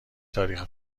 تاریخ